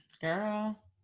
Girl